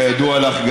כידוע לך,